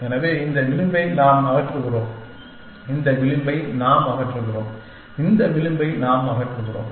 எனவே இந்த விளிம்பை நாம் அகற்றுகிறோம் இந்த விளிம்பை நாம் அகற்றுகிறோம் இந்த விளிம்பை நாம் அகற்றுகிறோம்